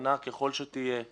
קטנה ככל שתהיה,